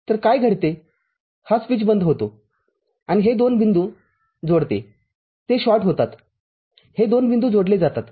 तरकाय घडते हा स्विच बंद होतो आणि हे दोन बिंदू जोडतेते शॉर्ट होतात हे दोन बिंदू जोडले जातात